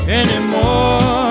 anymore